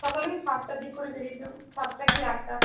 সকাল ওই সাতটার দিক করে বেরিয়ে যাব সাতটা কি আটটা